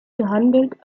gehandelt